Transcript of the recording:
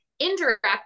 Indirect